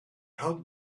help